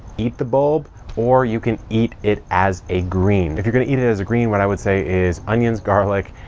eat the bulb or you can eat it as a green. if you're gonna eat it as a green what i would say is onions, garlic,